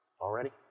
Already